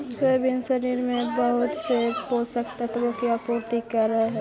soybean शरीर में बहुत से पोषक तत्वों की आपूर्ति करअ हई